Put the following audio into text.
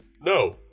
no